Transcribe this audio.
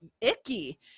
icky